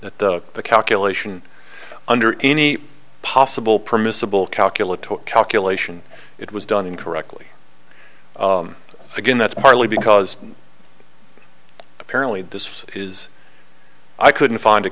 that the calculation under any possible permissible calculus calculation it was done incorrectly again that's partly because apparently this is i couldn't find a